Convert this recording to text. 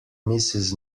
mrs